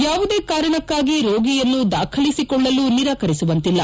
ಯಾವುದೇ ಕಾರಣಕ್ಕಾಗಿ ರೋಗಿಯನ್ನು ದಾಖಲಿಸಿಕೊಳ್ಳಲು ನಿರಾಕರಿಸುವಂತಿಲ್ಲ